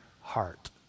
heart